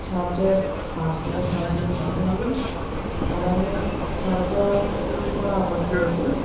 charger ఫాస్ట్గా charging ఎక్కుతుంది అలానే త్వరగా హీట్ కూడా అవ్వట్లేదు